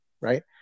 right